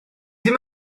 ddim